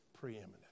preeminent